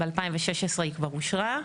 ב-2016 היא כבר אושרה.